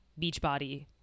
Beachbody